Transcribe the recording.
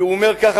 אומר כך,